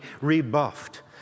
rebuffed